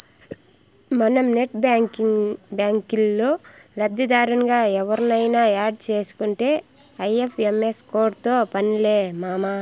మనం నెట్ బ్యాంకిల్లో లబ్దిదారునిగా ఎవుర్నయిన యాడ్ సేసుకుంటే ఐ.ఎఫ్.ఎం.ఎస్ కోడ్తో పన్లే మామా